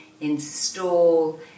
install